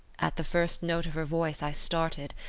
at the first note of her voice i started.